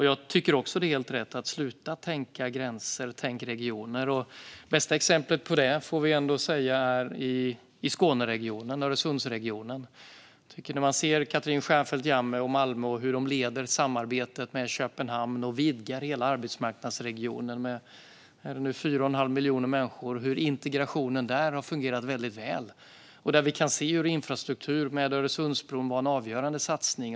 Jag tycker också att det är helt rätt att sluta tänka gränser och i stället tänka regioner. Det bästa exemplet på det är i Skåneregionen - Öresundsregionen. Vi ser hur Katrin Stjernfeldt Jammeh och andra i Malmö leder samarbetet med Köpenhamn och vidgar hela arbetsmarknadsregionen, som har 4 1⁄2 miljoner människor, och integrationen där har fungerat väldigt väl. Vi kan se att infrastrukturen med Öresundsbron var en avgörande satsning.